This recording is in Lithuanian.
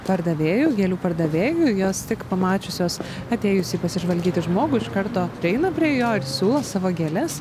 pardavėjų gėlių pardavėjų jos tik pamačiusios atėjusį pasižvalgyti žmogų iš karto prieina prie jo ir siūlo savo gėles